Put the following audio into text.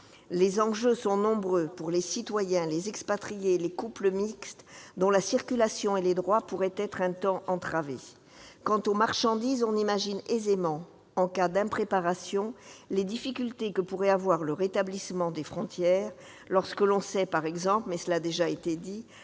Les enjeux sont nombreux pour les citoyens, les expatriés, les couples mixtes, dont la circulation et les droits pourraient être un temps entravés. Quant aux marchandises, on imagine aisément, en cas d'impréparation, les difficultés que pourrait avoir le rétablissement des frontières lorsque l'on sait, par exemple- je tiens à le redire